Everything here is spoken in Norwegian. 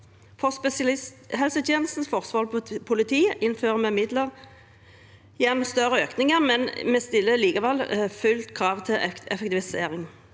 Forsvaret og politiet innfører vi midler gjennom større økninger, men vi stiller likevel fullt krav til effektivisering.